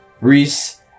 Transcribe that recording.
Reese